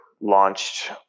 launched